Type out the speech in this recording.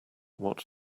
what